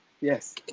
yes